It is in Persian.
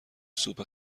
سوپ